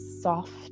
soft